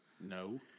No